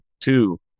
two